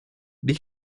the